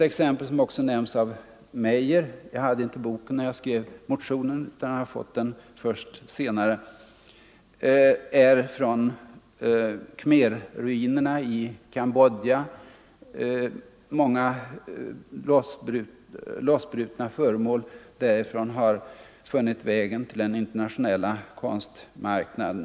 Exempel som också nämnts av Meyer — jag hade inte boken när jag skrev motionen utan har fått den först senare — är från Khmerruinerna i Cambodja. Många lossbrutna föremål därifrån har funnit vägen till den internationella konstmarknaden.